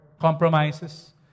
compromises